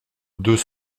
deux